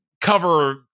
cover